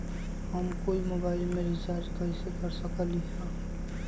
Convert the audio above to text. हम कोई मोबाईल में रिचार्ज कईसे कर सकली ह?